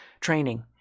training